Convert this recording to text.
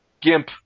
Gimp